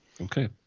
Okay